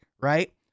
right